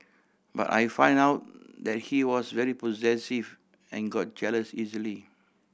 but I found out that he was very possessive and got jealous easily